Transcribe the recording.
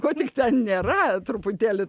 ko tik ten nėra truputėlį